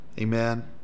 amen